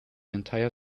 entire